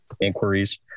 inquiries